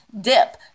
dip